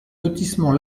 lotissement